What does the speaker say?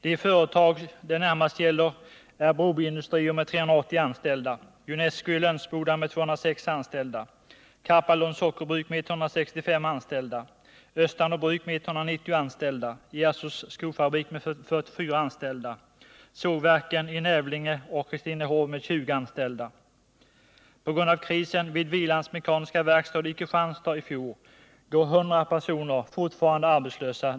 De företag det närmast gäller är Broby Industrier AB med 380 anställda, Junesco i Lönsboda med 206 anställda, Karpalunds Sockerbruk med 165 anställda, Östanå Bruk med 190 anställda, Hjärsås Skofabrik med 44 anställda, sågverken i Nävlinge och Christinehov med 20 anställda. På grund av krisen vid Hvilans Mekaniska Verkstads AB i Kristianstad i fjol går 100 personer fortfarande arbetslösa.